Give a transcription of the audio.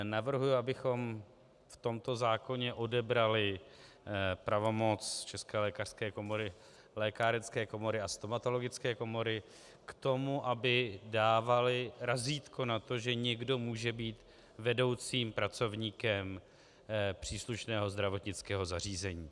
Navrhuji, abychom v tomto zákoně odebrali pravomoc České lékařské komory, lékárenské komory a stomatologické komory k tomu, aby dávaly razítko na to, že někdo může být vedoucím pracovníkem příslušného zdravotnického zařízení.